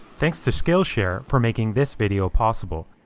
thanks to skillshare for making this video possible.